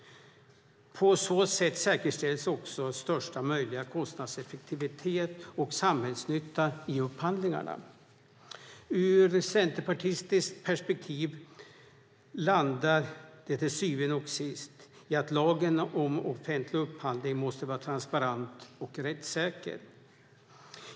På så sätt säkerställs också största möjliga kostnadseffektivitet och samhällsnytta i upphandlingarna. Ur centerpartistiskt perspektiv landar det till syvende och sist i att lagen om offentlig upphandling måste vara transparent och rättssäker.